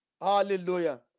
Hallelujah